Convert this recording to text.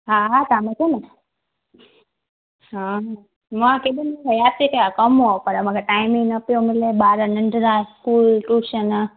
हा हा तव्हांमें कोन हा मां केॾनि हयाती कया कम हुओ पर मूंखे टाइम ई न पियो मिले ॿार नंढरा स्कूल टूशन